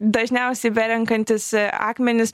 dažniausiai berenkantys akmenis